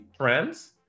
trends